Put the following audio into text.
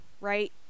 right